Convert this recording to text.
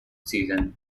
season